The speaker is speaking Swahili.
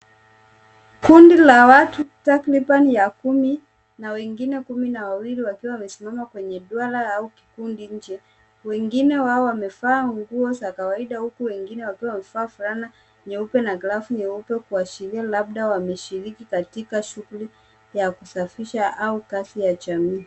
Kundi la watu takribani ya kumi na wengine kumi na wawili wakiwa wamesimama kwenye duara au kikundi nje. Wengine wao wamevaa nguo za kawaida, huku wengine wakiwa wamevaa fulana nyeupe na glavu nyeupe, kuashiria labda wameshiriki katika shughuli ya kusafisha au kazi ya jamii.